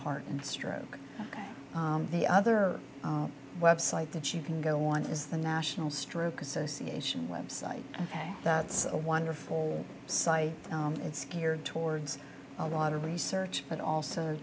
heart and stroke the other website that you can go on is the national stroke association website ok that's a wonderful site it's geared towards a lot of research but also